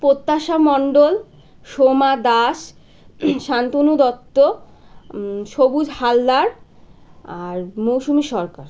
প্রত্যাশা মণ্ডল সোমা দাস শান্তনু দত্ত সবুজ হালদার আর মৌসুমী সরকার